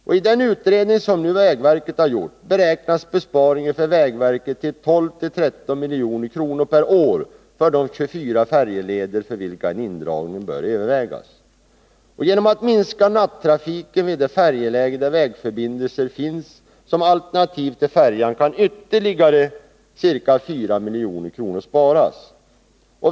I den utredning som vägverket har gjort beräknas besparingen för vägverket till 12-13 milj.kr. per år för de 24 färjeleder för vilka en indragning bör övervägas. Genom att minska nattrafiken vid de färjelägen där vägförbindelser finns som alternativ till färjan kan ytterligare ca 4 milj.kr. sparas.